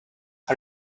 are